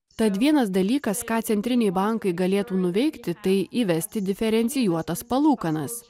tad vienas dalykas ką centriniai bankai galėtų nuveikti tai įvesti diferencijuotas palūkanas